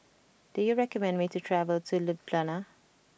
do you recommend me to travel to Ljubljana